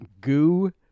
goo